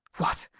what?